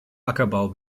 ackerbau